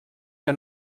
que